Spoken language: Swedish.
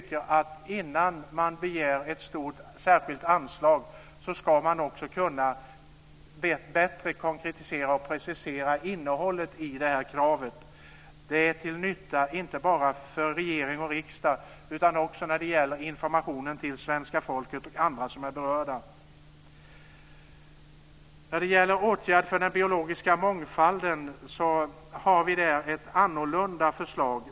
Innan man begär ett stort särskilt anslag tycker vi att man också bättre ska kunna konkretisera och precisera innehållet i kravet. Det är till nytta inte bara för regering och riksdag utan också när det gäller informationen till svenska folket och andra som är berörda. När det gäller åtgärder för den biologiska mångfalden har vi ett annorlunda förslag.